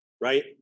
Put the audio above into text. right